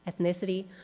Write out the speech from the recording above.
ethnicity